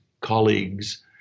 colleagues